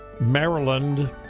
Maryland